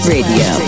Radio